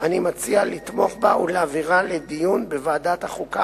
אני מציע לתמוך בה ולהעבירה לדיון בוועדת החוקה,